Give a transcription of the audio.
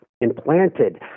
implanted